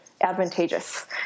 advantageous